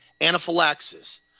anaphylaxis